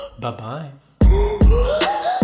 Bye-bye